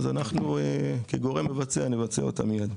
אז אנחנו כגורם מבצע נבצע אותה מיד.